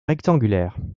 rectangulaire